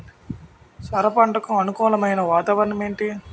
సొర పంటకు అనుకూలమైన వాతావరణం ఏంటి?